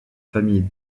famille